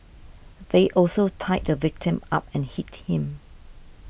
they also tied the victim up and hit him